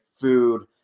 food